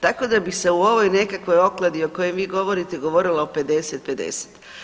Tako da bih se u ovoj nekakvoj okladi o kojoj vi govorite govorilo o 50:50.